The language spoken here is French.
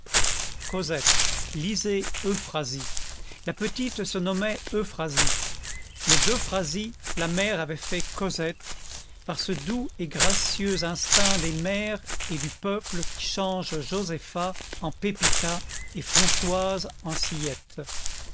cosette lisez euphrasie la petite se nommait euphrasie mais d'euphrasie la mère avait fait cosette par ce doux et gracieux instinct des mères et du peuple qui change josefa en pepita et françoise en sillette